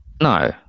No